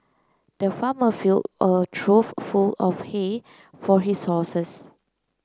the farmer filled a trough full of hay for his horses